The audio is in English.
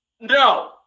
no